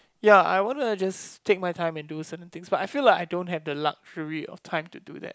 ya I wanna just take my time and do certain things but I feel like I don't have the luxury of time to do that